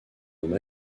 homme